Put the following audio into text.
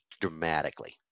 dramatically